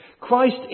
Christ